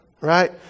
right